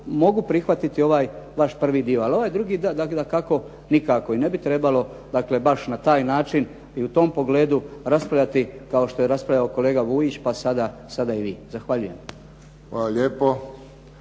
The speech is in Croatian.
mogu prihvatiti ovaj vaš prvi dio, ali ovaj drugi dakako nikako i ne bi trebalo baš na taj način i u tom pogledu raspravljati kao što je raspravljao kolega Vujić, pa sada i vi. Zahvaljujem. **Friščić,